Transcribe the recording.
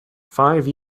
five